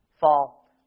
fall